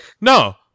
no